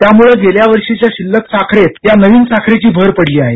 त्यामुळं गेल्या वर्षीच्या शिल्लक साखरेत या नवीन साखरेची भर पडली आहे